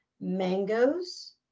mangoes